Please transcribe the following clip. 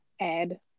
Add